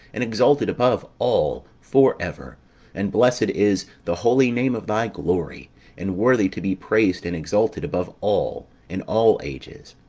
and exalted above all for ever and blessed is the holy name of thy glory and worthy to be praised and exalted above all, in all ages.